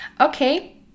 okay